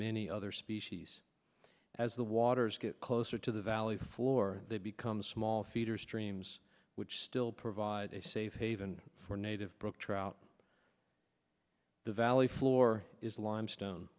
many other species as the waters get closer to the valley floor they become the small feeder streams which still provide a safe haven for native brook trout the valley floor is limestone